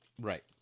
Right